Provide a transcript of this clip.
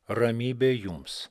ramybė jums